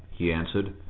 he answered,